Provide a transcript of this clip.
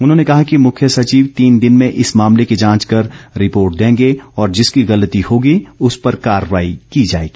उन्होंने कहा कि मुख्य सचिव तीन दिन में इस मामले की जांच कर रिपोर्ट देंगे और जिसकी गलती होगी उस पर कार्रवाई की जाएगी